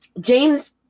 James